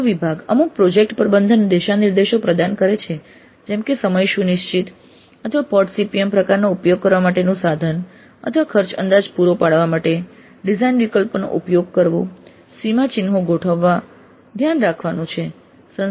જો વિભાગ અમુક પ્રોજેક્ટ પ્રબંધન દિશાનિર્દેશો પ્રદાન કરે છે જેમ કે સમય સુનિશ્ચિત અથવા PERT CPM પ્રકારનો ઉપયોગ કરવા માટેનું સાધન અથવા ખર્ચ અંદાજ પૂરો પાડવા માટે ડિઝાઇન વિકલ્પોનો ઉલ્લેખ કરવો સીમાચિહ્નો ગોઠવવા ધ્યાન રાખવાનું છે